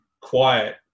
quiet